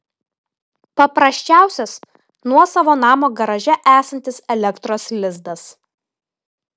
paprasčiausias nuosavo namo garaže esantis elektros lizdas